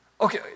Okay